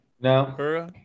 No